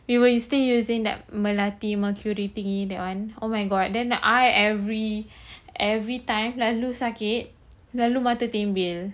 we were still using that melati mercury thingy that one oh my god then I every every time selalu sakit lalu mata tembel